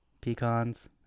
pecans